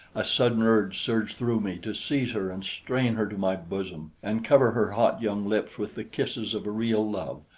a sudden urge surged through me to seize her and strain her to my bosom and cover her hot young lips with the kisses of a real love,